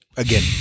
again